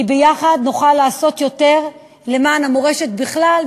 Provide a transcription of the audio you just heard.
כי יחד נוכל לעשות יותר למען המורשת בכלל,